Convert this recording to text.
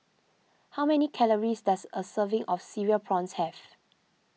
how many calories does a serving of Cereal Prawns have